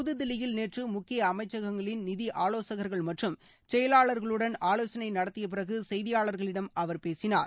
புதுதில்லியில் நேற்று முக்கிய அமைச்சகங்களின் நிதி ஆலோசகர்கள் மற்றும் செயலாளர்களுடன் ஆலோசனை நடத்திய பிறகு செய்தியாளர்களிடம் அவர் பேசினார்